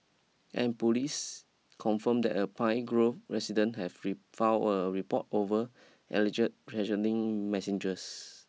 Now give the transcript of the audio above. and police confirmed that a Pine Grove resident have be file a report over alleged threatening messages